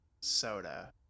soda